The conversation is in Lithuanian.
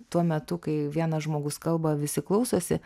tuo metu kai vienas žmogus kalba visi klausosi